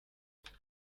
there